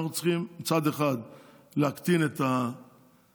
אנחנו צריכים מצד אחד להקטין את הביקוש,